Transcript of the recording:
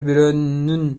бирөөнүн